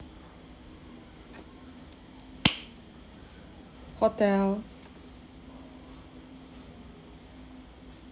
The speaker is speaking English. hotel